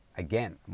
Again